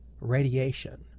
radiation